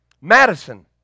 Madison